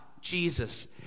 Jesus